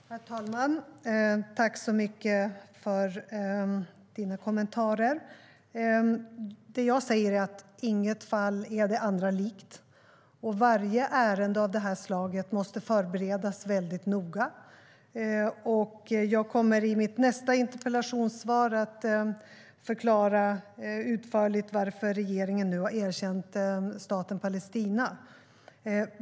Herr talman! Jag tackar för kommentarerna. Inget fall är det andra likt. Varje ärende av det här slaget måste förberedas väldigt noggrant. Jag kommer i mitt nästa interpellationssvar att förklara utförligt varför regeringen nu har erkänt staten Palestina.